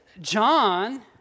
john